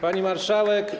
Pani Marszałek!